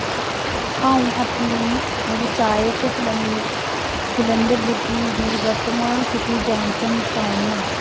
अ'ऊं अपनी व्यवसायक सिलं सलैंडर बुकिंग दी वर्तमान स्थिति जांचन चाऊना